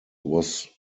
was